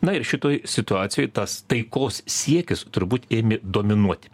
na ir šitoj situacijoj tas taikos siekis turbūt ėmė dominuoti